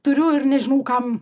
turiu ir nežinau kam